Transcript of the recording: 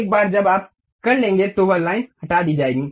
एक बार जब आप कर लेंगे तो वह लाइन हटा दी जाएगी